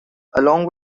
along